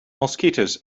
mosquitoes